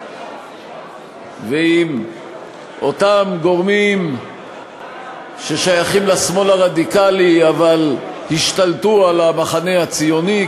ועם אותם גורמים ששייכים לשמאל הרדיקלי אבל השתלטו על המחנה הציוני,